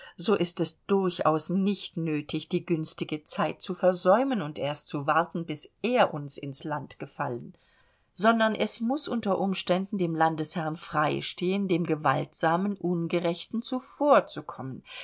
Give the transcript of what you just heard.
so ist es durchaus nicht nötig die günstige zeit zu versäumen und erst zu warten bis er uns ins land gefallen sondern es muß unter umständen dem landesherrn frei stehen dem gewaltsamen ungerechten zuvorzukommen